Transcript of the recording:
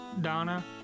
Donna